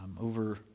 over